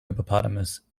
hippopotamus